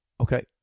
Okay